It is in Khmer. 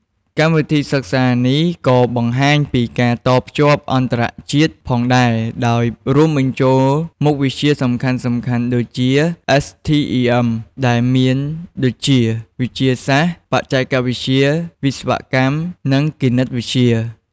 កម្មវិធីសិក្សានេះក៏បង្ហាញពី ការតភ្ជាប់អន្តរជាតិ ផងដែរ ដោយរួមបញ្ចូលមុខវិជ្ជាសំខាន់ៗដូចជា STEM ដែលមានដូចជា វិទ្យាសាស្ត្រ បច្ចេកវិទ្យា វិស្វកម្ម និងគណិតវិទ្យា។